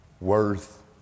worth